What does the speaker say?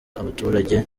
abaturage